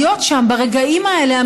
להיות שם ברגעים האלה,